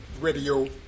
Radio